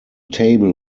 table